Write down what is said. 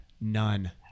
None